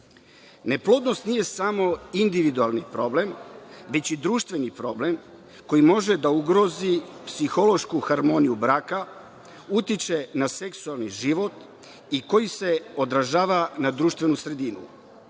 Neplodnost nije samo individualni problem, već i društveni problem, koji može da ugrozi psihološku harmoniju braka, utiče na seksualni život i koji se odražava na društvenu